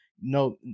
No